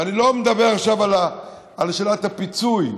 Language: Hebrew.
ואני לא מדבר עכשיו על שאלת הפיצוי.